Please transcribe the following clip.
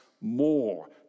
more